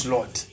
Lord